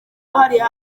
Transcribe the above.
hariya